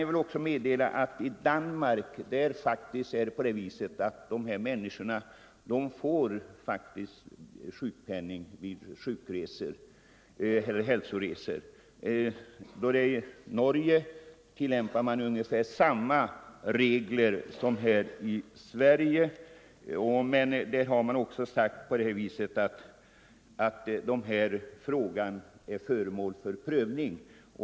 Jag kan meddela att den här kategorin sjuka människor i Danmark faktiskt får sjukpenning vid hälsoresor. I Norge tillämpas ungefär samma regler som här i Sverige, men man har där sagt att den här frågan är föremål för prövning.